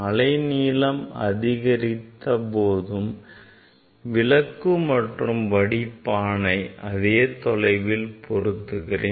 அலைநீளம் அதிகரித்த போதும் விளக்கு மற்றும் வடிப்பானை அதே தொலைவில் பொருத்துகிறேன்